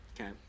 Okay